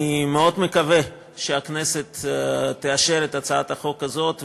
אני מאוד מקווה שהכנסת תאשר את הצעת החוק הזאת,